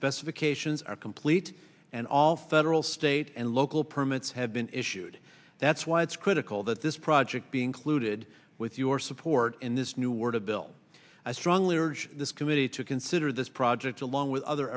specifications are complete and all federal state and local permits have been issued that's why it's critical that this project be included with your support in this new world of bill i strongly urge this committee to consider this project along with other